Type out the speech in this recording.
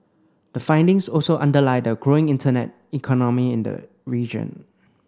the findings also underlie the growing internet economy in the region